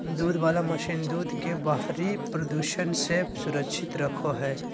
दूध वला मशीन दूध के बाहरी प्रदूषण से सुरक्षित रखो हइ